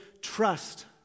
trust